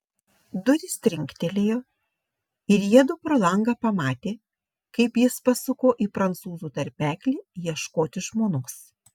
durys trinktelėjo ir jiedu pro langą pamatė kaip jis pasuko į prancūzų tarpeklį ieškoti žmonos